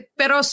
pero